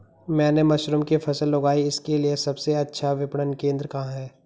मैंने मशरूम की फसल उगाई इसके लिये सबसे अच्छा विपणन केंद्र कहाँ है?